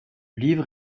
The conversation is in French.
livre